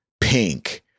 pink